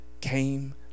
came